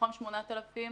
מתוכם 8,000